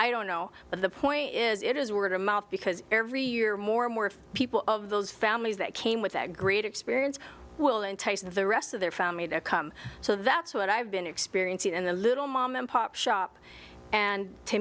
i don't know but the point is it is word of mouth because every year more and more people of those families that came with a great experience will entice the rest of their family to come so that's what i've been experiencing and the little mom and pop shop and to